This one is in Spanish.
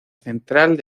central